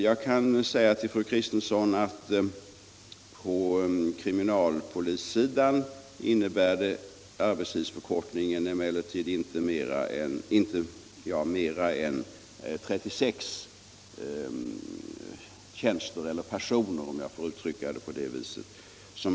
Jag kan tala om för fru Kristensson att på kriminalpolissidan innebär arbetstidsförkortningen inte mer än 36 personer, om jag får uttrycka det på det viset.